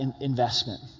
investment